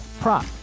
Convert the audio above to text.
prop